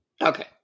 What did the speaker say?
Okay